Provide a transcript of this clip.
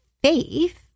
faith